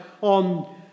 on